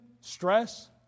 stress